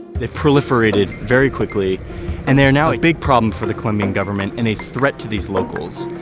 they proliferated very quickly and they are now a big problem for the colombian government and a threat to these locals.